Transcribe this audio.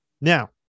Now